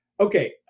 Okay